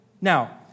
Now